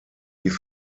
die